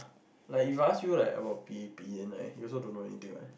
like if I ask you like about P_A_P then like you also don't know anything what